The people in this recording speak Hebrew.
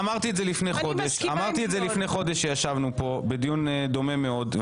אמרתי את זה לפני חודש עת ישבנו כאן בדיון דומה מאוד.